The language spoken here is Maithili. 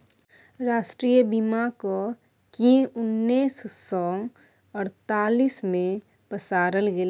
राष्ट्रीय बीमाक केँ उन्नैस सय अड़तालीस मे पसारल गेलै